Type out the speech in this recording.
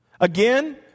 Again